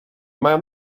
mają